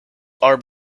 are